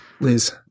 Liz